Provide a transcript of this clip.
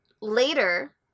later